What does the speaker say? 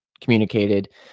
communicated